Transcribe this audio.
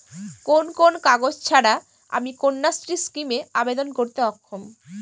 কোন কোন কাগজ ছাড়া আমি কন্যাশ্রী স্কিমে আবেদন করতে অক্ষম?